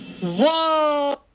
Whoa